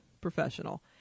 professional